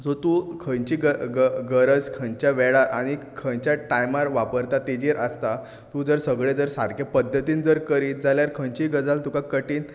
so तूं खंय खंयची ग ग गरज खंयच्या वेळार आनी खंयच्या टायमार वापरता ताजेर आसता तूं जर सगळें जर सारकें जर पध्दतीन करीत जाल्यार खंयचीच गजाल तुका कठीन आसना